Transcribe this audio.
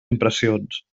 impressions